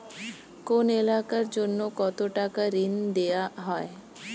কোন এলাকার জন্য কত টাকা ঋণ দেয়া হয়?